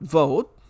vote